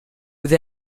with